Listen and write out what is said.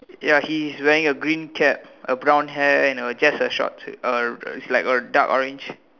ya he's wearing a green cap a brown hair and a just a short uh it's like a dark orange